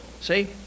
see